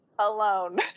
alone